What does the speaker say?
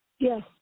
Yes